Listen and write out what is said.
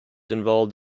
involved